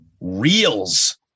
Reels